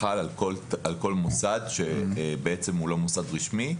חל על כל מוסד שהוא לא מוסד רשמי,